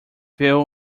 view